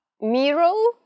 Miro